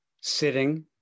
sitting